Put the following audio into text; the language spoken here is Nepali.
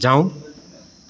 जाऊ